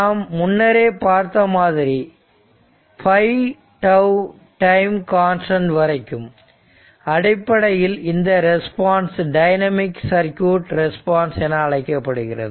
நாம் முன்னரே பார்த்த மாதிரி 5 τ டைம் கான்ஸ்டன்ட் வரைக்கும் அடிப்படையில் இந்த ரெஸ்பான்ஸ் டைனமிக் சர்க்யூட் ரெஸ்பான்ஸ் என அழைக்கப்படுகிறது